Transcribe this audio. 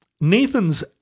Nathan's